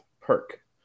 perk